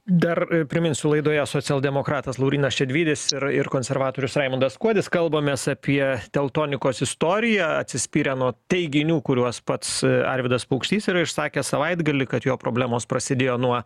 dar priminsiu laidoje socialdemokratas laurynas šedvydis ir ir konservatorius raimundas kuodis kalbamės apie teltonikos istoriją atsispyrę nuo teiginių kuriuos pats arvydas paukštys yra išsakęs savaitgalį kad jo problemos prasidėjo nuo